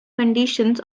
conditions